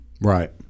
Right